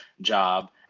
job